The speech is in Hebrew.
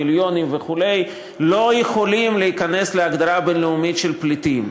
מיליונים וכו' לא יכולים להיכנס להגדרה הבין-לאומית של פליטים.